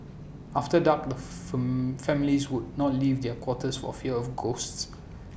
after dark the fur families would not leave their quarters for fear of ghosts